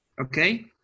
Okay